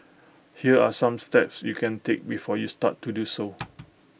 here are some steps you can take before you start to do so